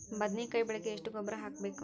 ಬದ್ನಿಕಾಯಿ ಬೆಳಿಗೆ ಎಷ್ಟ ಗೊಬ್ಬರ ಹಾಕ್ಬೇಕು?